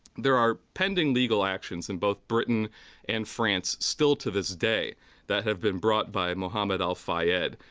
there are pending legal actions in both britain and france still to this day that have been brought by mohammed al-fayed,